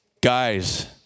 Guys